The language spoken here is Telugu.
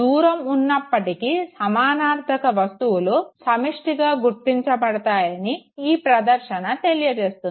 దూరం ఉన్నప్పటికీ సమానర్ధక వస్తువులు సమిష్టిగా గుర్తించబడతాయని ఈ ప్రధర్శన తెలియజేస్తుంది